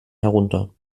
herunter